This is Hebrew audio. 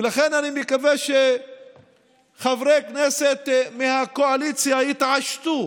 לכן, אני מקווה שחברי כנסת מהקואליציה יתעשתו